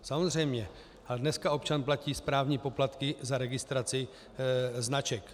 Samozřejmě, ale dneska občan platí správní poplatky za registraci značek.